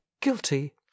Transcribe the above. guilty